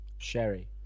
Sherry